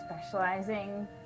specializing